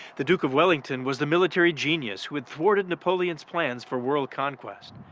the duke of wellington was the military genius who had thwarted napoleon's plans for world conquest.